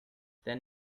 then